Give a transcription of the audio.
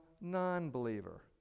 non-believer